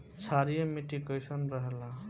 क्षारीय मिट्टी कईसन रहेला?